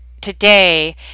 today